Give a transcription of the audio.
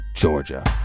Georgia